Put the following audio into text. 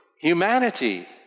Humanity